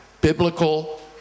biblical